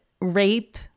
rape